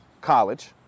college